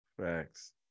Facts